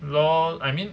lol I mean